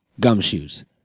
Gumshoes